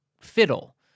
fiddle